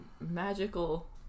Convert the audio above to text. magical